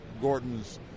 Gordon's